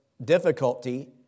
difficulty